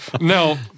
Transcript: No